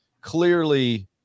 clearly